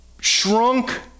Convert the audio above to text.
shrunk